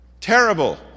Terrible